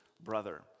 brother